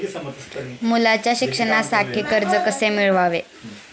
मुलाच्या शिक्षणासाठी कर्ज कसे मिळवावे?